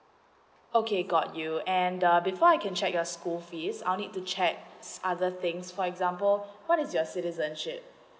okay got you and before I can check your school fees I need to check it's other things for example what is your citizenship